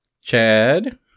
Chad